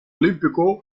olímpico